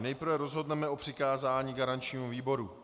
Nejprve rozhodneme o přikázání garančnímu výboru.